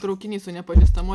traukiny su nepažįstamuo